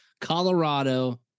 Colorado